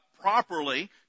properly